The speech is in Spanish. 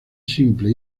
simple